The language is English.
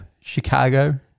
Chicago